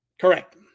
Correct